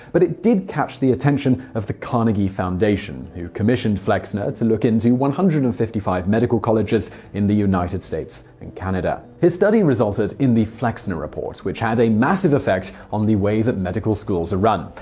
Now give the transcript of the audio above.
but it did catch the attention of the carnegie foundation, who commissioned flexner to look into one hundred and fifty five medical colleges in the united states and canada. his study resulted in the flexner report, which had a massive effect on the way medical schools are run.